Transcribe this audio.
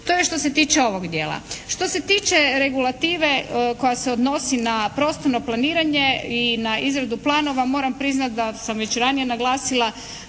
To je što se tiče ovog dijela. Što se tiče regulative koja se odnosi na prostorno planiranje i na izradu planova, moram priznati da sam već ranije naglasila